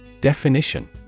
Definition